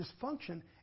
dysfunction